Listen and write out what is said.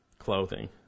clothing